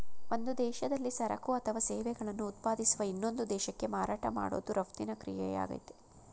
ಒಂದು ದೇಶದಲ್ಲಿ ಸರಕು ಅಥವಾ ಸೇವೆಗಳನ್ನು ಉತ್ಪಾದಿಸುವ ಇನ್ನೊಂದು ದೇಶಕ್ಕೆ ಮಾರಾಟ ಮಾಡೋದು ರಫ್ತಿನ ಕ್ರಿಯೆಯಾಗಯ್ತೆ